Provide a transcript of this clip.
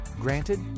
Granted